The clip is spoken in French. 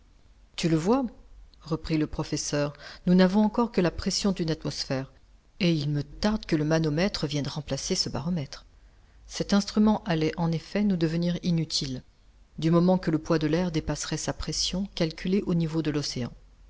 tu le vois reprit le professeur nous n'avons encore que la pression d'une atmosphère et il me tarde que le manomètre vienne remplacer ce baromètre cet instrument allait en effet nous devenir inutile du moment que le poids de l'air dépasserait sa pression calculée au niveau de l'océan